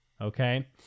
Okay